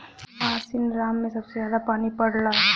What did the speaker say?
मासिनराम में सबसे जादा पानी पड़ला